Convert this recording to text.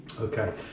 Okay